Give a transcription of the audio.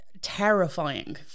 terrifying